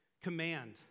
command